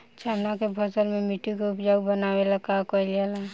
चन्ना के फसल में मिट्टी के उपजाऊ बनावे ला का कइल जाला?